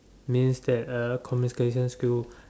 means that uh communication skill